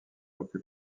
occupent